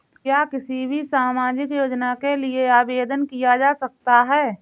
क्या किसी भी सामाजिक योजना के लिए आवेदन किया जा सकता है?